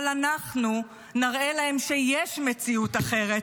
אבל אנחנו נראה להם שיש מציאות אחרת,